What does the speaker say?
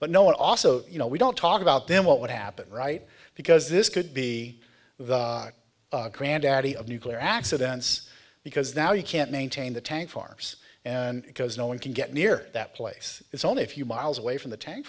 but no one also you know we don't talk about them what would happen right because this could be the granddaddy of nuclear accidents because now you can't maintain the tank farms and because no one can get near that place it's only a few miles away from the tank